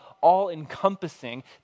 all-encompassing